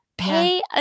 Pay